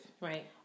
Right